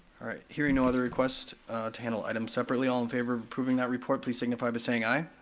alright, hearing no other requests to handle items separately, all in favor of approving that report, please signify by saying aye.